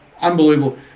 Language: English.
unbelievable